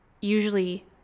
usually